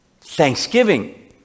Thanksgiving